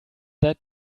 that